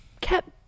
kept